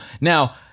Now